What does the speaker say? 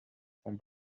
vom